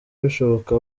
bishoboka